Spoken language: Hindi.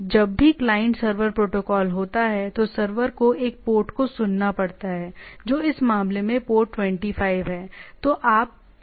अब जब भी क्लाइंट सर्वर प्रोटोकॉल होता है तो सर्वर को एक पोर्ट को सुनना पड़ता है जो इस मामले में पोर्ट 25 है